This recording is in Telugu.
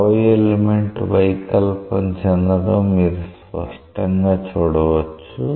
ద్రవ ఎలిమెంట్ వైకల్పం చెందడం మీరు స్పష్టంగా చూడవచ్చు